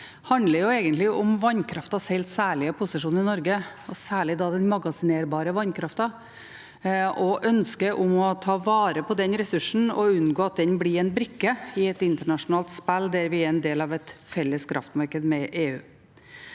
talt, handler om vannkraftens helt særlige posisjon i Norge, særlig den magasinerbare vannkraften, og ønsket om å ta vare på denne ressursen og unngå at den blir en brikke i et internasjonalt spill der vi er en del av et felles kraftmarked med EU.